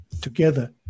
together